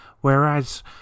whereas